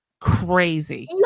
crazy